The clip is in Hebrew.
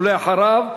ואחריו,